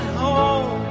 home